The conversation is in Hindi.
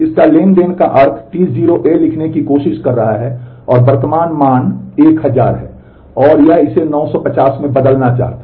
इसका ट्रांज़ैक्शन का अर्थ T0 A लिखने की कोशिश कर रहा है और वर्तमान मान 1000 है और यह इसे 950 में बदलना चाहता है